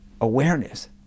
awareness